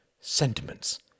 sentiments